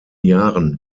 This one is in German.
jahren